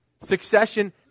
succession